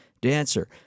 dancer